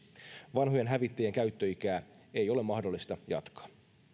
vanhojen hävittäjien käyttöikää ei ole mahdollista jatkaa